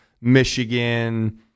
Michigan